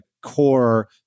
core